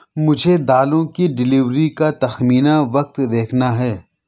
مجھے دالوں کی ڈیلیوری کا تخمینہ وقت دیکھنا ہے